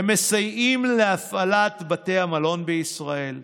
הן מסייעות להפעלת בתי המלון בישראל,